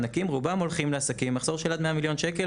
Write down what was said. רובם הולכים לעסקים עם מחזור של עד 100 מיליון ₪.